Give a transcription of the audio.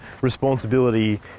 responsibility